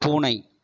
பூனை